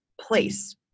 place